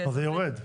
אז זה יורד.